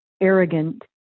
arrogant